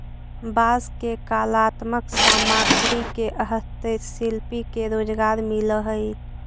बांस के कलात्मक सामग्रि से हस्तशिल्पि के रोजगार मिलऽ हई